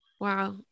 wow